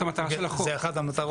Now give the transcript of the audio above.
אתם רוצים להסביר מדוע זה נדרש לדעתכם?